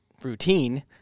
Routine